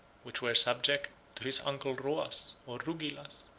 which were subject to his uncle roas, or rugilas,